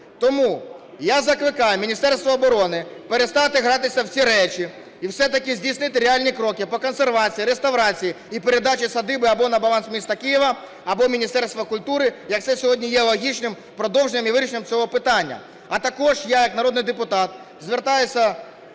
Тому я закликаю Міністерство оборони перестати гратися в ці речі і все-таки здійснити реальні кроки по консервації реставрації і передачі садиби або на баланс міста Києва, або Міністерства культури, як це сьогодні є логічним продовженням і вирішенням цього питання. А також я як народний депутат звертаюся